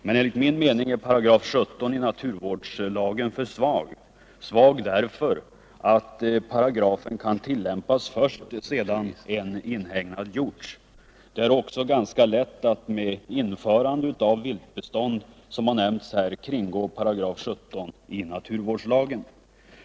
Men enligt min mening är 17 § naturvårdslagen för svag, därför att den kan tillämpas först sedan en inhägnad gjorts. Det är också ganska lätt att kringgå paragrafen genom införande av viltbestånd.